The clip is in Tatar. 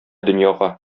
дөньяга